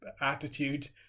attitude